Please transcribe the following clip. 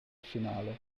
finale